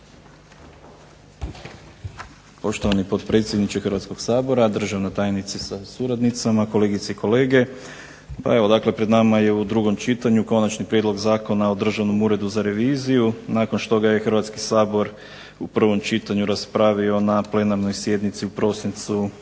Poštovani potpredsjedniče Hrvatskog sabora, državna tajnice sa suradnicama, kolegice i kolege. Pa evo, dakle pred nama je u drugom čitanju Konačni prijedlog zakona o Državnom uredu za reviziju. Nakon što ga je Hrvatski sabor u prvom čitanju raspravio na plenarnoj sjednici u prosincu